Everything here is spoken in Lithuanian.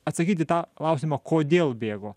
atsakyt į tą klausimą kodėl bėgo